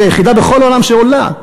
והיחידה בכל העולם שעולה,